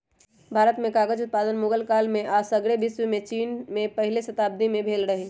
भारत में कागज उत्पादन मुगल काल में आऽ सग्रे विश्वमें चिन में पहिल शताब्दी में भेल रहै